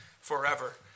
forever